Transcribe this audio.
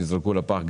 ונזרקו לפח.